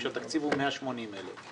כאשר התקציב הוא 180,000 שקלים,